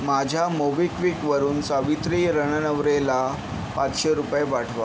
माझ्या मोबिक्विकवरून सावित्री रणनवरेला पाचशे रुपये पाठवा